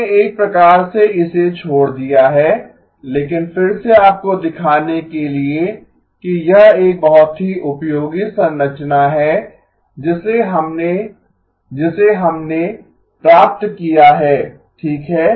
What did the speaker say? हमने एक प्रकार से इसे छोड़ दिया है लेकिन फिर से आपको दिखाने के लिए कि यह एक बहुत ही उपयोगी संरचना है जिसे हमने जिसे हमने प्राप्त किया है ठीक है